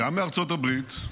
-- גם מארצות הברית,